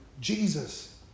Jesus